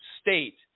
state